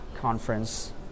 conference